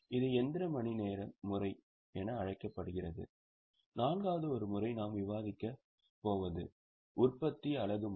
இது இயந்திர மணிநேர முறை என அழைக்கப்படுகிறது நான்காவது ஒரு முறை நாம் விவாதிக்கப் போவது உற்பத்தி அலகு முறை